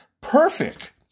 perfect